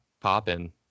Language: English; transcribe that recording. popping